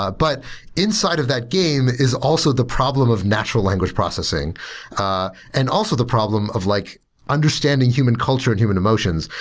ah but inside of that game is also the problem of natural language processing ah and also the problem of like understanding human culture and human emotions,